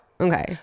okay